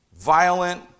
violent